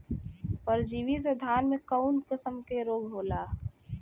परजीवी से धान में कऊन कसम के रोग होला?